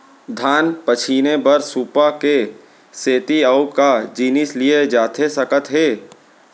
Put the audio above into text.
धान पछिने बर सुपा के सेती अऊ का जिनिस लिए जाथे सकत हे?